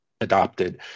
adopted